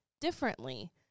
differently